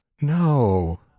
no